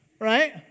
Right